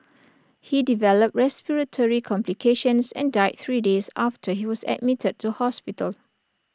he developed respiratory complications and died three days after he was admitted to hospital